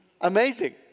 Amazing